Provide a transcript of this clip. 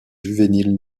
juvéniles